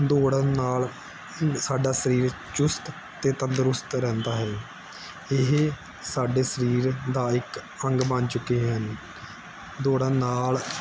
ਦੌੜਣ ਨਾਲ ਸਾਡਾ ਸਰੀਰ ਚੁਸਤ ਅਤੇ ਤੰਦਰੁਸਤ ਰਹਿੰਦਾ ਹੈ ਇਹ ਸਾਡੇ ਸਰੀਰ ਦਾ ਇੱਕ ਅੰਗ ਬਣ ਚੁੱਕੇ ਹਨ ਦੌੜਨ ਨਾਲ